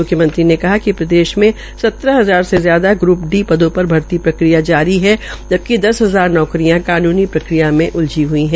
म्ख्यमंत्री ने कहा कि प्रदेश में सत्रह हजार से ज्यादा ग्र्प डी पदों पर भर्ती प्रक्रिया जारी है जबकि दस हजार नौकरियां कानूनी प्रक्रिया में उलझी ह्ई है